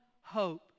hope